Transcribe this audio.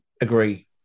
agree